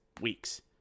weeks